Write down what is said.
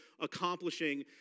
accomplishing